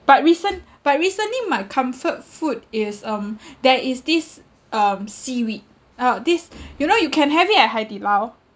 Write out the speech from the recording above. but recent~ but recently my comfort food is um there is this um seaweed uh this you know you can have it at HaiDiLao